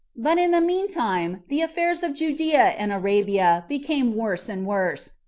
but in the mean time the affairs of judea and arabia became worse and worse,